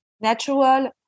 natural